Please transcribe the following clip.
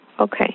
Okay